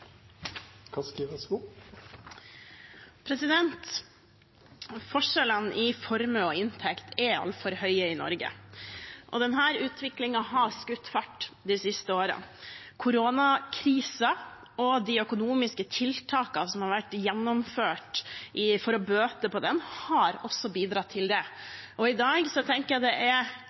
altfor høye i Norge, og denne utviklingen har skutt fart de siste årene. Koronakrisen og de økonomiske tiltakene som har vært gjennomført for å bøte på den, har også bidratt til det. I dag tenker jeg det er